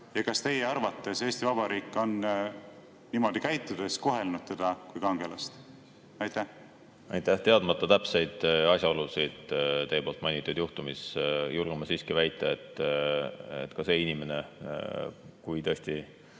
Ja kas teie arvates Eesti Vabariik on niimoodi käitudes kohelnud teda kui kangelast? Aitäh! Teadmata täpseid asjaolusid teie mainitud juhtumis, julgen ma siiski väita, et kui see inimene on tõesti